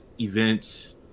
events